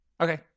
Okay